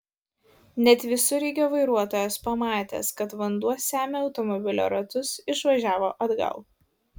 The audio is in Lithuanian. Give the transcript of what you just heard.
net visureigio vairuotojas pamatęs kad vanduo semia automobilio ratus išvažiavo atgal